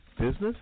Business